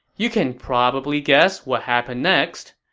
you can probably guess what happened next.